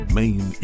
main